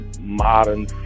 modern